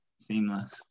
Seamless